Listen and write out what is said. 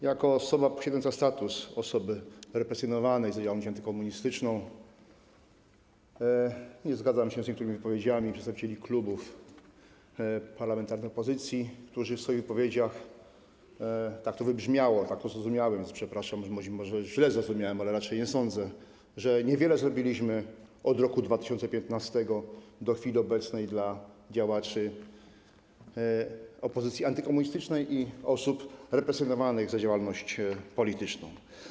Jako osoba posiadająca status osoby represjonowanej za działalność antykomunistyczną nie zgadzam się z niektórymi wypowiedziami przedstawicieli klubów parlamentarnych opozycji, którzy mówili - tak to wybrzmiało, tak to zrozumiałem, więc przepraszam, być może źle zrozumiałem, ale raczej nie sądzę - że niewiele zrobiliśmy od 2015 r. do chwili obecnej dla działaczy opozycji antykomunistycznej i osób represjonowanych za działalność polityczną.